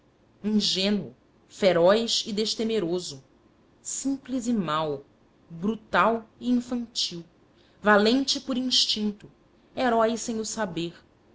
primitivo ingênuo feroz e destemeroso simples e mau brutal e infantil valente por instinto herói sem o saber